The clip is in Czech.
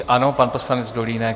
Ano, pan poslanec Dolínek.